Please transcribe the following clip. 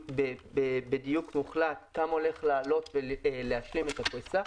בדיוק מוחלט כמה יעלה כדי להשלים את הפריסה,